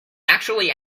actually